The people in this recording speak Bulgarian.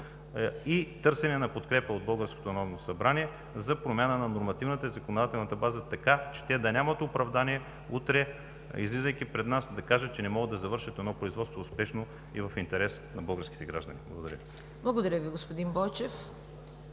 и търсене на подкрепа от Българското народно събрание за промяна на нормативната и законодателната база така, че те да нямат оправдание утре, излизайки пред нас, да кажат, че не могат да завършат едно производство успешно и в интерес на българските граждани. Благодаря. ПРЕДСЕДАТЕЛ ЦВЕТА